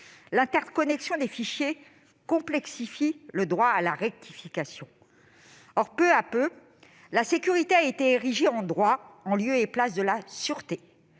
interconnexion complexifiant le droit à la rectification. Or, peu à peu, la sécurité a été érigée en droit en lieu et place de la sûreté.